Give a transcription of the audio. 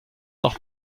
noch